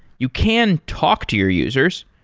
you can talk to your users.